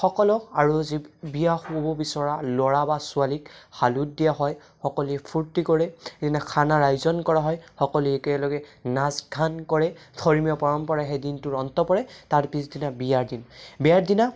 সকলক আৰু যি বিয়া কৰিব বিচৰা ল'ৰা বা ছোৱালীক হালুধ দিয়া হয় সকলোৱে ফূৰ্তি কৰে সেইদিনা খানাৰ আয়োজন কৰা হয় সকলোৱে একেলগে নাচ গান কৰে ধৰ্মীয় পৰম্পৰা সেই দিনটোৰ অন্ত পৰে তাৰ পিছদিনা বিয়াৰ দিন বিয়াৰ দিনা